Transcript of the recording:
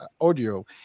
audio